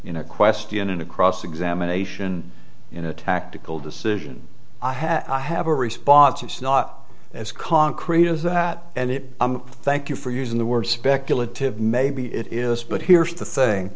in a question in a cross examination in a tactical decision i have i have a response it's not as concrete as that and it thank you for using the word speculative maybe it is but here's the thing